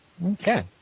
okay